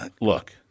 look